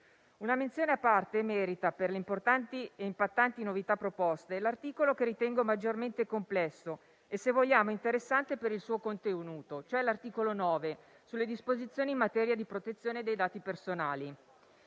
Una menzione a parte merita, per le importanti e impattanti novità proposte, l'articolo che ritengo maggiormente complesso e, se vogliamo, interessante per il suo contenuto, cioè l'articolo 9, contenente disposizioni in materia di protezione dei dati personali.